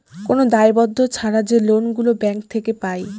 কোন দায়বদ্ধ ছাড়া যে লোন গুলো ব্যাঙ্ক থেকে পায়